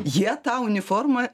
jie tą uniformą